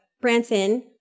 Branson